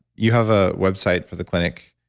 you have a website for the clinic?